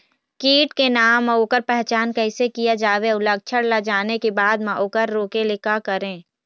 कीट के नाम अउ ओकर पहचान कैसे किया जावे अउ लक्षण ला जाने के बाद मा ओकर रोके ले का करें?